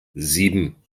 sieben